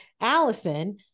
Allison